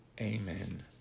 Amen